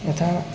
यथा